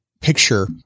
picture